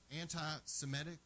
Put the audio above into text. anti-Semitic